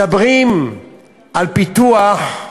מדברים על פיתוח,